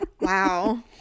Wow